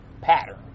pattern